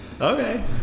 okay